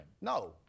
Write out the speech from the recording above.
No